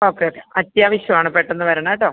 okay okay അത്യാവശ്യമാണ് പെട്ടെന്ന് വരണേ കേട്ടോ